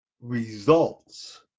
results